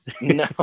No